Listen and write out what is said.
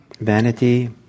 vanity